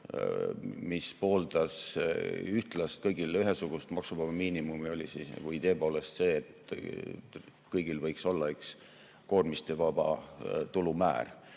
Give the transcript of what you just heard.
mis pooldas ühtlast, kõigile ühesugust maksuvaba miinimumi, oli idee poolest selline, et kõigil võiks olla üks koormisevaba tulu määr.